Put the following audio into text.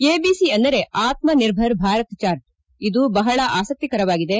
ABC ಅಂದರೆ Aatmanirbhar Bharat chart ಇದು ಬಹಳ ಆಸಕ್ತಿಕರವಾಗಿದೆ